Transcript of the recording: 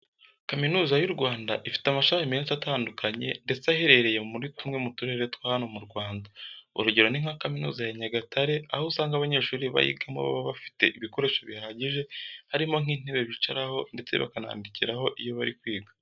Kaminuza y'u Rwanda ifite amashami menshi atandukanye ndetse aherereye muri tumwe mu turere twa hano mu Rwanda. Urugero ni nka Kaminuza ya Nyagatare, aho usanga abanyeshuri bayigamo baba bafite ibikoresho bihagije harimo nk'intebe bicaraho ndetse bakanandikiraho iyo bari kwiga.